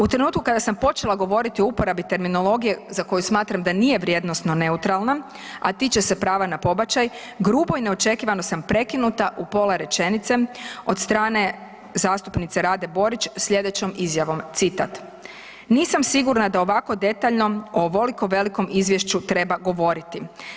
U trenutku kada sam počela govoriti o uporabi terminologije za koju smatram da nije vrijednosno neutralna, a tiče se prava na pobačaj grubo i neočekivano sam prekinuta u pola rečenice od strane zastupnice Rade Borić sljedećom izjavom, citat: „Nisam sigurna da o ovako detaljnom ovoliko velikom izvješću treba govoriti.